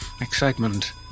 excitement